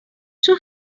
چون